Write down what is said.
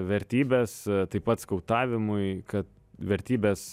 vertybes taip pat skautavimui ka vertybes